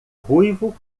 ruivo